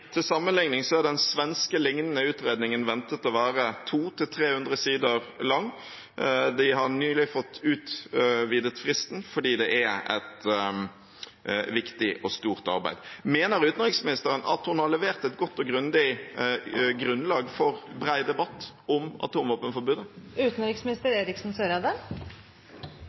Til sammenligning er den svenske lignende utredningen ventet å være 200–300 sider lang. De har nylig fått utvidet fristen fordi det er et viktig og stort arbeid. Mener utenriksministeren at hun har levert et godt og grundig grunnlag for en bred debatt om